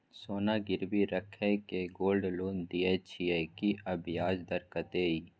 सोना गिरवी रैख के गोल्ड लोन दै छियै की, आ ब्याज दर कत्ते इ?